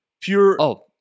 pure